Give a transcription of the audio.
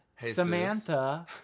Samantha